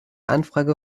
anfrage